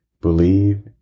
Believe